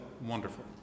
wonderful